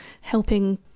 helping